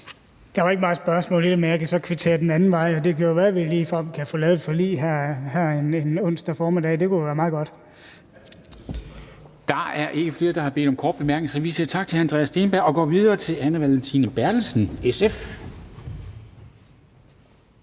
Der var ikke meget spørgsmål i det, men jeg kan så kvittere den anden vej, og det kan jo ligefrem være, at vi kan få lavet et forlig her en onsdag formiddag. Det kunne være meget godt. Kl. 10:51 Formanden (Henrik Dam Kristensen): Der er ikke flere, der har bedt om korte bemærkninger. Så vi siger tak til hr. Andreas Steenberg og går videre til Anne Valentina Berthelsen, SF.